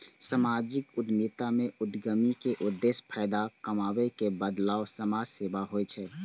सामाजिक उद्यमिता मे उद्यमी के उद्देश्य फायदा कमाबै के बदला समाज सेवा होइ छै